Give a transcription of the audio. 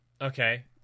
Okay